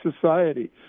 society